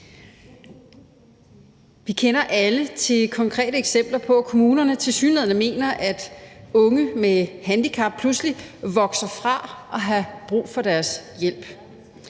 Vi kender alle til konkrete eksempler på, at kommunerne tilsyneladende mener, at unge med handicap pludselig vokser fra at have brug for deres hjælp.